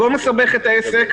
לא מסבך את העסק,